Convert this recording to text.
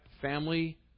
family